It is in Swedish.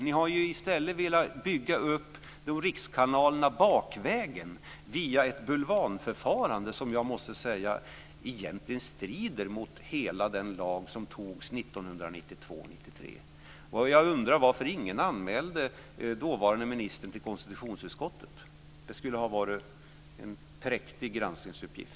Ni har i stället velat bygga upp rikskanaler bakvägen via ett bulvanförfarande, som jag måste säga egentligen strider mot hela den lag som antogs 1992/93. Jag undrar varför ingen anmälde dåvarande ministern till konstitutionsutskottet. Det hade varit en präktig granskningsuppgift.